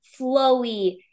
flowy